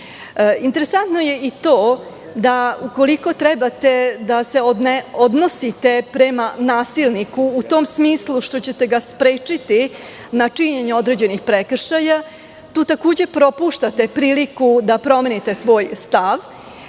modernizmu. Interesantno je i to da ukoliko treba da se odnosite prema nasilniku u tom smislu što ćete ga sprečiti na činjenje određenog prekršaja, tu takođe propuštate priliku da promenite svoj stav,